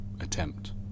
attempt